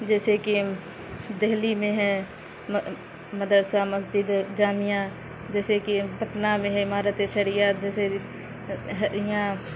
جیسے کہ دہلی میں ہے مدرسہ مسجد جامعہ جیسے کہ پٹنہ میں ہے عمارت شریعہ جیسے یاں